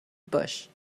bush